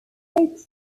takes